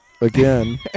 again